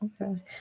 Okay